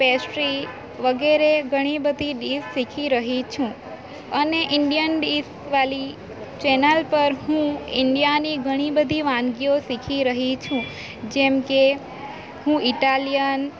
pastry વગેરે ઘણી બધી ડીશ શીખી રહી છું અને ઈન્ડિયન ડિશવાળી ચેનલ પર હું ઈન્ડિયાની ઘણી બધી વાનગીઓ શીખી રહી છું જેમકે હું ઈટાલિયન